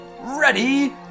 ready